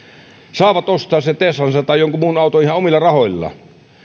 saavat ostaa sen teslansa tai jonkun muun auton ihan omilla rahoillaan